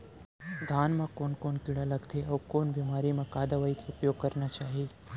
धान म कोन कोन कीड़ा लगथे अऊ कोन बेमारी म का दवई के उपयोग करना चाही?